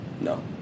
No